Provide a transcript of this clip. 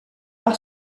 par